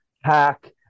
hack